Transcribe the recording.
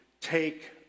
take